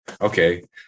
okay